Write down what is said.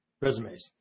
resumes